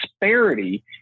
disparity